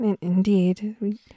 indeed